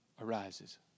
arises